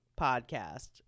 podcast